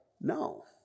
no